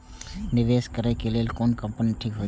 निवेश करे के लेल कोन कंपनी ठीक होते?